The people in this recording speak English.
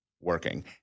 working